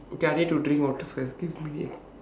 okay I need to drink water first give me a minute